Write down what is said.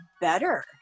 better